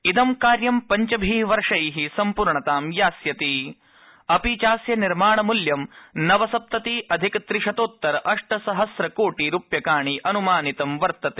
इद कार्य पञ्चभि वर्षे सम्पूर्णता यास्यति अपि चास्य निर्माणमुल्ये नवसप्तति अधिक त्रिशतोत्तर अष्टसहम्रकोटि रूप्यकाणि अनुमानित वर्तते